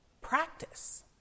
practice